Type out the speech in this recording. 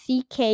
ck